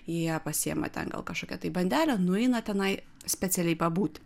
jie pasiima ten gal kažkokią tai bandelę nueina tenai specialiai pabūti